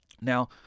Now